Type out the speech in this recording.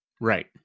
Right